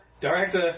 director